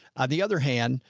on the other hand.